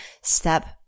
step